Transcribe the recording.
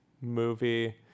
movie